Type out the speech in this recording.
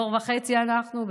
דור וחצי אנחנו?